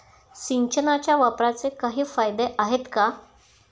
सिंचनाच्या वापराचे काही फायदे आहेत का?